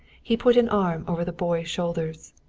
he put an arm over the boy's shoulders.